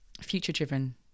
future-driven